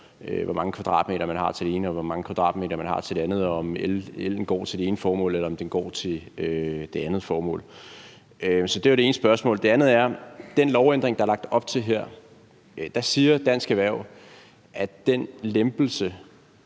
hvor mange kvadratmeter de har til det ene, og hvor mange kvadratmeter de har til det andet, og om ellen går til det ene formål, eller om den går til det andet formål. Det var det ene spørgsmål. Det andet er: Med den lovændring, der er lagt op til her, siger Dansk Erhverv, at den lempelse,